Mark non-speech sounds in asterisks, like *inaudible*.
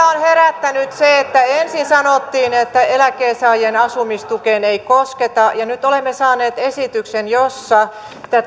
*unintelligible* on herättänyt se että ensin sanottiin että eläkkeensaajien asumistukeen ei kosketa ja nyt olemme saaneet esityksen jossa